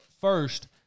first